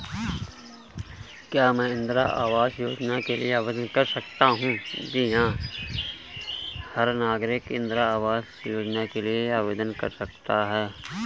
क्या मैं इंदिरा आवास योजना के लिए आवेदन कर सकता हूँ?